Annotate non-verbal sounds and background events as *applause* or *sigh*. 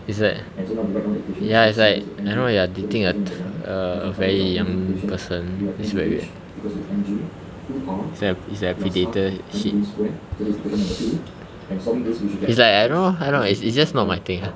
it's like ya it's like I know what you are thinking like a very young person is very weird it's like it's like predator shit *laughs* it's like I don't know I don't know it's just not my thing ah